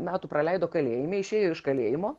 metų praleido kalėjime išėjo iš kalėjimo